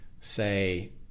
say